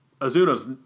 Azuna's